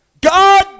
God